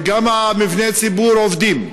וגם מבני הציבור עובדים.